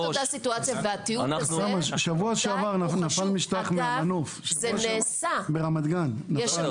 בשבוע שעבר נפל משטח ממנוף ברמת גן.